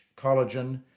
collagen